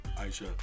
Aisha